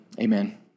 Amen